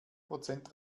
prozent